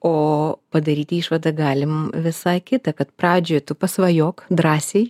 o padaryti išvadą galim visai kitą kad pradžioj tu pasvajok drąsiai